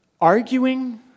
arguing